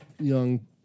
young